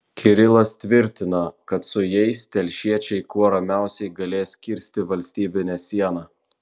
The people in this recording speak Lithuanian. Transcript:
kirilas tvirtina kad su jais telšiečiai kuo ramiausiai galės kirsti valstybinę sieną